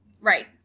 Right